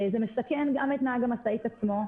זה מסכן גם את נהג המשאית עצמו,